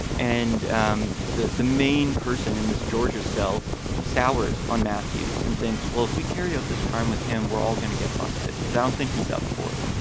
and um the the main person in this georgia cell sours on matthews and thinks, well, if we carry out this crime with him, we're all going to get busted because i don't think he's up for it.